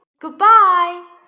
Goodbye